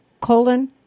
colon